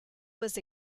was